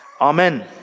Amen